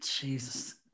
Jesus